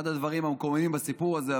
זה אחד הדברים המקוממים בסיפור הזה,